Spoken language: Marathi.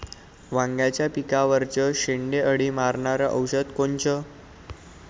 वांग्याच्या पिकावरचं शेंडे अळी मारनारं औषध कोनचं?